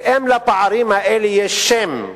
ואם לפערים האלה יש שם,